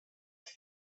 quan